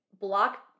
block